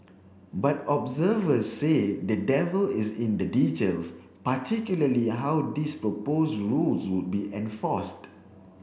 but observers say the devil is in the details particularly how these proposed rules would be enforced